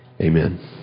Amen